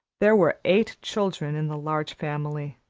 there were eight children in the large family,